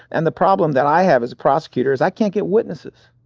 and the problem that i have as a prosecutor is i can't get witnesses.